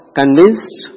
convinced